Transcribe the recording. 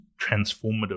transformative